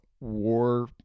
war